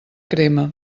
crema